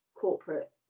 corporate